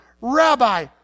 Rabbi